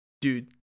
dude